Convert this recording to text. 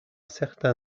certain